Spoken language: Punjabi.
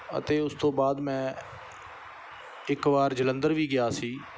ਅਤੇ ਉਸ ਤੋਂ ਬਾਅਦ ਮੈਂ ਇੱਕ ਵਾਰ ਜਲੰਧਰ ਵੀ ਗਿਆ ਸੀ